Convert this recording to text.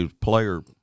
player